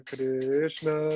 Krishna